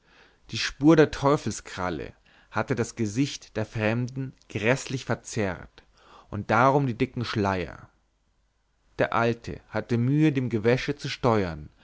die spur der teufelskralle hatte das gesicht der fremden gräßlich verzerrt und darum die dicken schleier der alte hatte mühe dem gewäsche zu steuern